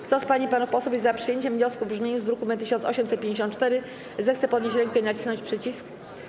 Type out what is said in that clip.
Kto z pań i panów posłów jest za przyjęciem wniosku w brzmieniu z druku nr 1854, zechce podnieść rękę i nacisnąć przycisk.